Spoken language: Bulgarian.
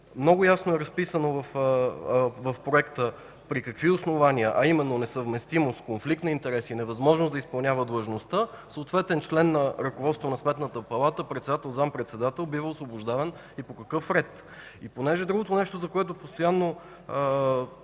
Много ясно е разписано в проекта при какви основания –несъвместимост, конфликт на интереси, невъзможност да изпълнява длъжността – съответен член на ръководството на Сметната палата (председател, заместник-председател) бива освобождаван и по какъв ред. Друго нещо. Да не кажа, че постоянно